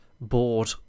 bored